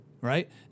right